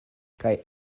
kaj